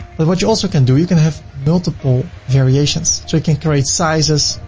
but what you also can do, you can have multiple variations. so you can create sizes,